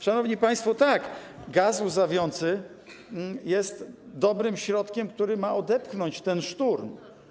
Szanowni państwo, tak, gaz łzawiący jest dobrym środkiem, który ma odeprzeć ten szturm.